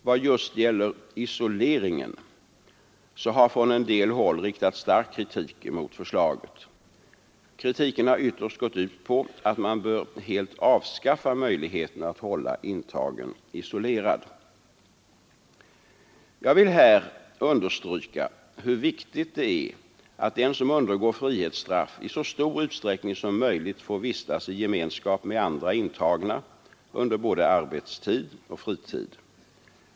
Vad just gäller isoleringen har från en del håll riktats stark kritik mot förslaget. Kritiken har ytterst gått ut på att man bör helt avskaffa möjligheterna att hålla intagen isolerad. Jag vill här understryka hur viktigt det är att den som undergår frihetsstraff i så stor utsträckning som möjligt får vistas i gemenskap med andra intagna under både arbetstid och fritid.